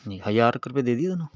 ਨਹੀਂ ਹਜ਼ਾਰ ਕੁ ਰੁਪਏ ਦੇ ਦੇਈਏ ਤੁਹਾਨੂੰ